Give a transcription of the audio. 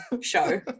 show